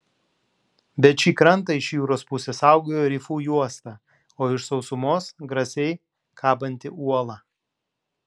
bet šį krantą iš jūros pusės saugojo rifų juosta o iš sausumos grasiai kabanti uola